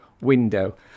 window